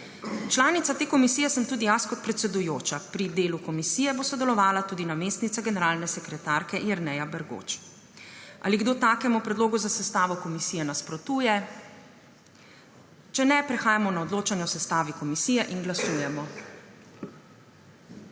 Članica te komisije sem tudi jaz kot predsedujoča. Pri delu komisije bo sodelovala tudi namestnica generalne sekretarke Jerneja Bergoč. Ali kod takemu predlogu za sestavo komisije nasprotuje? (Ne.) Če ne, prehajamo o odločanje o sestavi komisije in glasujemo.